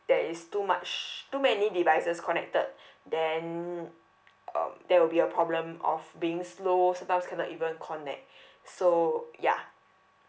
there is too much too many devices connected then um there will be a problem of being slow sometimes cannot even connect so ya